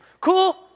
Cool